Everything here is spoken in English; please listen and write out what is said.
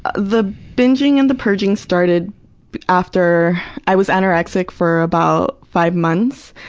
ah the binging and the purging started after i was anorexic for about five months.